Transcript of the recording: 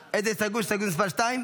מירב, הסתייגות מס' 2?